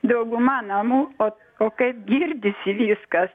dauguma namų o o kad girdisi viskas